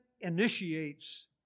initiates